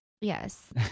Yes